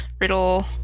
riddle